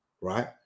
right